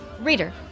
Reader